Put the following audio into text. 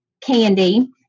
candy